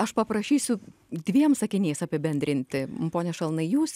aš paprašysiu dviem sakiniais apibendrinti pone šalna jūs